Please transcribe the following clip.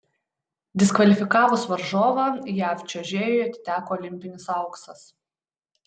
diskvalifikavus varžovą jav čiuožėjui atiteko olimpinis auksas